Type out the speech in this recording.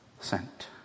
sent